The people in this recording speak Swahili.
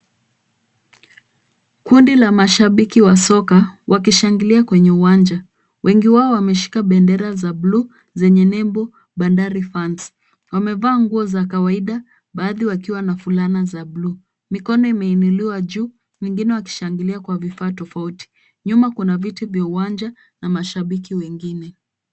Kundi la mashabiki wa soka wakishangilia kwenye uwanja. Wengi wao wameshika bendera za buluu zenye nembo Bandari fans . Wamevaa nguo za kawaida baadhi wakiwa na fulana za buluu. Mikono imeinuliwa juu wengine wakishangilia kwa vifaa tofauti. Nyuma kuna viti vya uwanja na mashabiki wengine.